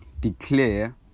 declare